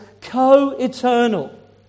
co-eternal